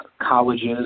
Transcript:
colleges